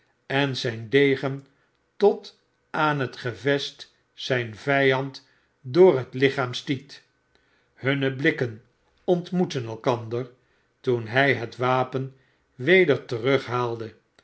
en zijn degen tot aan het gevest zijn vijand door het lichaam stiet hunne blikken ontmoetten elkander toen hij het wapen weder